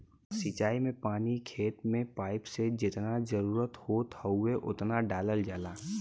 सिंचाई में पानी खेत में पाइप से जेतना जरुरत होत हउवे ओतना डालल जाला